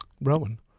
Rowan